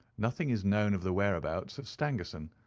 nothing is known of the whereabouts of stangerson.